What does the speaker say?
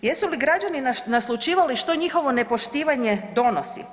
Jesu li građani naslućivali što njihovo nepoštivanje donosi?